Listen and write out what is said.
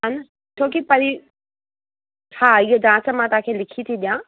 हा न छो की परि हा इहा जांच मां तव्हांखे लिखी थी ॾियां